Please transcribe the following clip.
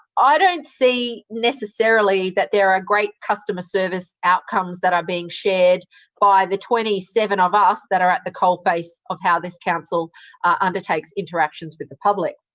ah don't see necessarily that there are great customer service outcomes that are being shared by the twenty seven of us that are at the coalface of how this council undertakes interactions with the public.